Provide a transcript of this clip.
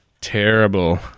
Terrible